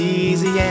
easy